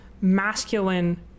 masculine